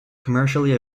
commercially